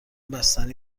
بستنی